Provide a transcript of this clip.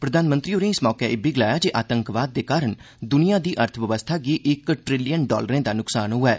प्रधानमंत्री होरें इस मौके इब्बी गलाया जे आतंकवाद दे कारण द्निया दी अर्थबवस्था गी इक ट्रिलियन डालरें दा न्क्सान होआ ऐ